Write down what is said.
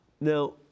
Now